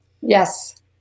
Yes